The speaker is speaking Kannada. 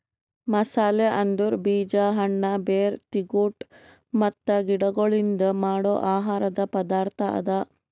ಮಸಾಲೆ ಅಂದುರ್ ಬೀಜ, ಹಣ್ಣ, ಬೇರ್, ತಿಗೊಟ್ ಮತ್ತ ಗಿಡಗೊಳ್ಲಿಂದ್ ಮಾಡೋ ಆಹಾರದ್ ಪದಾರ್ಥ ಅದಾ